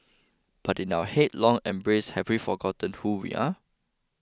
but in our headlong embrace have we forgotten who we are